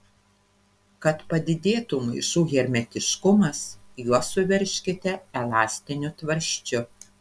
kad padidėtų maišų hermetiškumas juos suveržkite elastiniu tvarsčiu